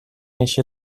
eixe